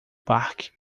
parque